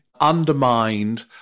undermined